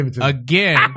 again